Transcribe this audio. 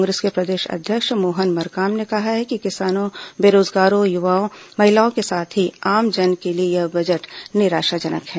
कांग्रेस के प्रदेश अध्यक्ष मोहन मरकाम ने कहा है कि किसानों बेरोजगारों युवाओं महिलाओं के साथ ही आमजन के लिए यह बजट निराशाजनक है